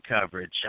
coverage